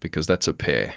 because that's a pair.